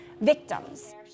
victims